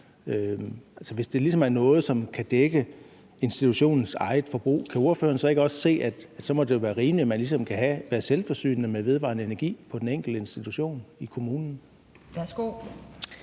ligesom er noget, som kan dække institutionens eget forbrug, kan ordføreren så ikke også se, at det må være rimeligt, at man ligesom kan være selvforsynende med vedvarende energi på den enkelte institution i kommunen?